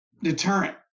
Deterrent